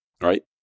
right